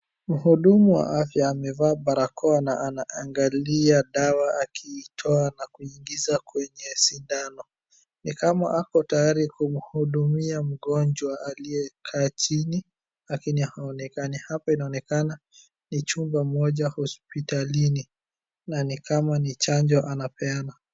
Mhudumu wa afya amevaa barakoa na anaangalia dawa akiitoa na kuingiza kwenye sindano. Ni kama ako tayari kumhudumia mgonjwa aliye kaa chini lakini haonekani. Hapa inaonekana ni chumba moja hospitalini, na ni kama ni chanjo anapeana.